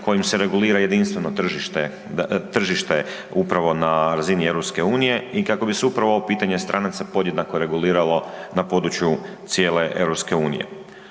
kojim se regulira jedinstveno tržište upravo na razini EU i kako bi se upravo ovo pitanje stranaca podjednako reguliralo na području cijele EU. Ono